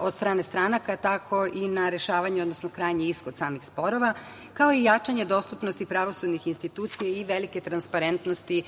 od strane stranaka, tako i na rešavanje, odnosno krajnji ishod samih sporova, kao i jačanje dostupnosti pravosudnih institucija i velike transparentnosti